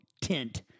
tint